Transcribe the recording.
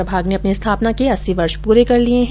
प्रभाग ने अपनी स्थापना के अस्सी वर्ष पूरे कर लिये है